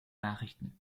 nachrichten